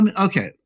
Okay